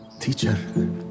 teacher